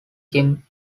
kim